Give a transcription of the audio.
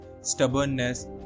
stubbornness